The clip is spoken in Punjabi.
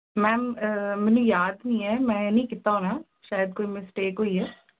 ਮੈਮ ਮੈਨੂੰ ਯਾਦ ਨਹੀਂ ਹੈ ਮੈਂ ਨਹੀਂ ਕੀਤਾ ਹੋਣਾ ਸ਼ਾਇਦ ਕੋਈ ਮਿਸਟੇਕ ਹੋਈ ਹੈ